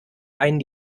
einen